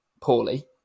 poorly